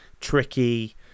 tricky